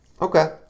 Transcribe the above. Okay